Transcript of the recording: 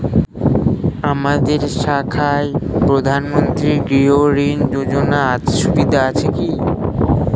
আপনাদের শাখায় প্রধানমন্ত্রী গৃহ ঋণ যোজনার সুবিধা আছে কি?